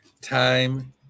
Time